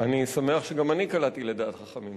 אני שמח שגם אני קלעתי לדעת חכמים.